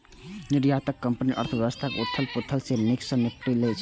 निर्यातक कंपनी अर्थव्यवस्थाक उथल पुथल सं नीक सं निपटि लै छै